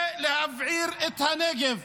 זה להבעיר את הנגב,